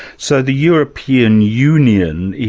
so the european union,